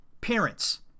parents